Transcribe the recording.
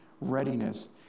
readiness